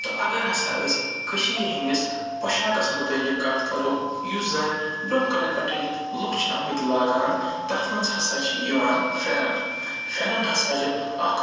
تہٕ اگر ہَسا أسۍ کٔشیٖرِ ہِنٛدِس پۄشاکس متعلق کَتھ کَرو یُس زَن برٛونٛہہ کالہِ پٮ۪ٹھَے لُکھ چھِ آمٕتۍ لاگان تتھ منٛز ہَسا چھِ یِوان فٮ۪رن فٮ۪رن ہَسا چھِ اکھ